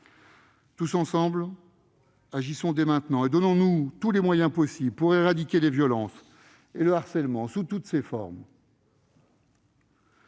Tous ensemble, agissons dès maintenant et donnons-nous tous les moyens possibles pour éradiquer les violences et le harcèlement sous toutes leurs formes